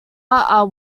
are